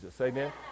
Amen